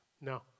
No